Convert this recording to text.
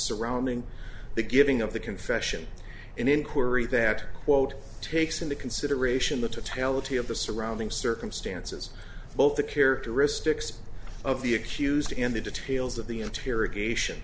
surrounding the giving of the confession an inquiry that quote takes into consideration the totality of the surrounding circumstances both the characteristics of the accused in the details of the interrogation